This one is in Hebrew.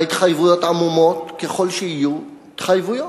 וההתחייבויות, עמומות ככל שיהיו, התחייבויות.